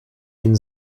jeden